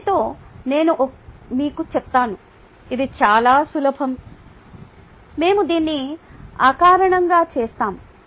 దీనితో నేను మీకు చెప్తాను ఇది చాలా సులభం మేము దీన్ని అకారణంగా చేస్తాము